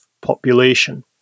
population